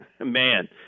Man